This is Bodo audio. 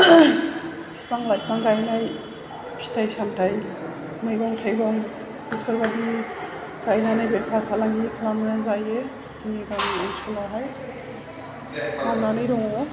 बिफां लाइफां गायनाय फिथाइ सामथाइ मैगं थाइगं बेफोरबादि गायनानै बेफार फालांगि खालामना जायो जोंनि गामि ओनसोलावहाय मावनानै दङ'